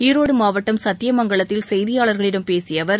ஈரோடு மாவட்டம் சத்தியமங்கலத்தில் செய்தியாளர்களிடம் பேசிய அவர்